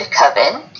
Coven